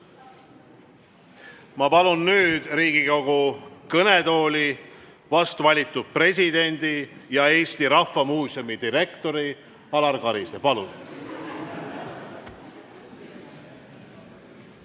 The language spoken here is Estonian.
Ma palun nüüd Riigikogu kõnetooli vast valitud presidendi ja Eesti Rahva Muuseumi direktori Alar Karise. Palun!